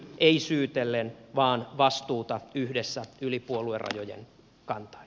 ei syytellen vaan vastuuta yhdessä yli puoluerajojen kantaen